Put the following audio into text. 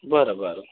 बरं बरं